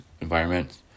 environments